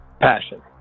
Passion